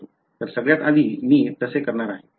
तर सगळ्यात आधी मी तसे करणार आहे